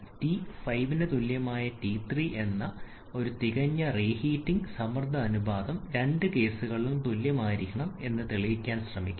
T5 ന് തുല്യമായ T3 എന്ന ഒരു തികഞ്ഞ റീഹീറ്റിംഗ് സമ്മർദ്ദ അനുപാതം രണ്ട് കേസുകളിലും തുല്യമായിരിക്കണം എന്ന് തെളിയിക്കാൻ ശ്രമിക്കുക